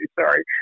Sorry